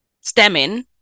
stemming